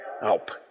help